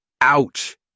Ouch